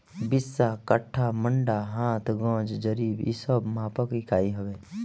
बिस्सा, कट्ठा, मंडा, हाथ, गज, जरीब इ सब मापक इकाई हवे